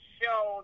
show